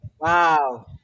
Wow